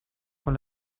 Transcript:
con